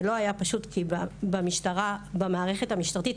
זה לא היה פשוט כי במערכת המשטרתית